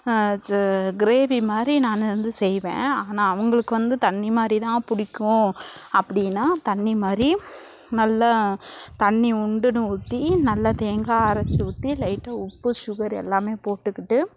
gravy மாதிரி நான் வந்து செய்வேன் ஆனால் அவங்களுக்கு வந்து தண்ணி மாதிரிதான் பிடிக்கும் அப்படீன்னா தண்ணி மாதிரி நல்லா தண்ணி உண்டுன்னு ஊற்றி நல்ல தேங்காய் அரைச்சி ஊற்றி லைட்டாக உப்பு சுகர் எல்லாமே போட்டுக்கிட்டு